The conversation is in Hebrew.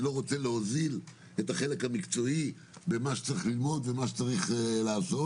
אני לא רוצה להוזיל את החלק המקצועי במה שצריך ללמוד ובמה שצריך לעשות,